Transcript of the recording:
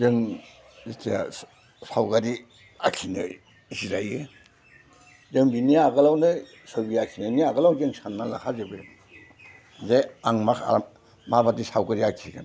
जों जेथिया सावगारि आखिनो जिरायो जों बेनि आगोलावनो सबि आखिनायनि आगोलावनो जों सानना लाखाजोबो जे आं मा माबायदि सावगारि आखिगोन